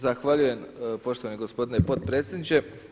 Zahvaljujem poštovani gospodine potpredsjedniče.